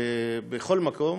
בכל מקום.